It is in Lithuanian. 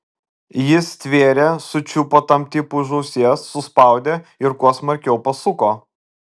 jis stvėrė sučiupo tam tipui už ausies suspaudė ir kuo smarkiau pasuko